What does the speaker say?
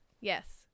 yes